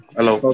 Hello